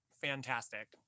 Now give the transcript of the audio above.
fantastic